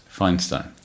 Feinstein